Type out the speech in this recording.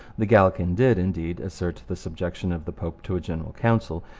the gallican did, indeed, assert the subjection of the pope to a general council,